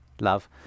love